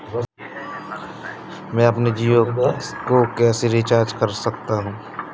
मैं अपने जियो को कैसे रिचार्ज कर सकता हूँ?